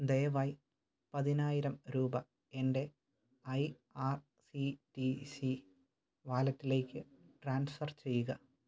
ദയവായി പതിനായിരം രൂപ എൻ്റെ I R C T C വാലറ്റിലേക്ക് ട്രാൻസ്ഫർ ചെയ്യുക